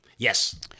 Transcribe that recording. Yes